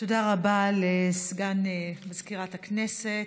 רבה לסגן מזכירת הכנסת.